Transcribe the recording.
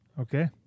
Okay